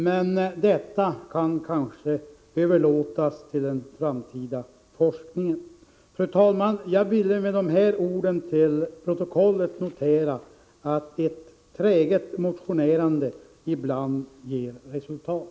Men detta kanske kan överlåtas till den framtida forskningen. Fru talman! Jag ville med dessa ord till protokollet få infört att ett träget motionerande ibland ger resultat.